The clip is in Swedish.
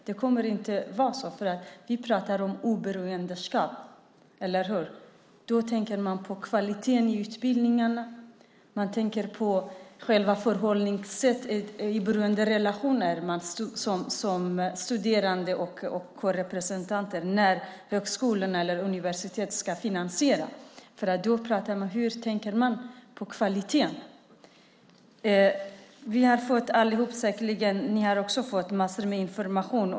Det kommer inte att vara så. Vi pratar om oberoende, eller hur? Då tänker man på kvaliteten i utbildningen. Man tänker på själva förhållningssättet i beroenderelationen för studerande och kårrepresentanter när högskolorna eller universiteten ska finansiera det. Hur tänker man på kvaliteten? Vi har allihop, säkert ni också, fått massor med information.